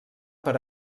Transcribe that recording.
per